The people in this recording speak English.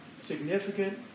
significant